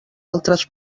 altres